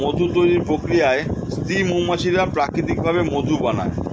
মধু তৈরির প্রক্রিয়ায় স্ত্রী মৌমাছিরা প্রাকৃতিক ভাবে মধু বানায়